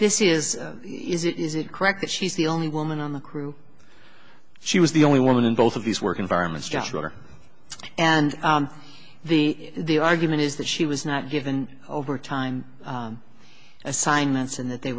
is is it is it correct that she's the only woman on the crew she was the only woman in both of these work environments joshua and the the argument is that she was not given overtime assignments and that they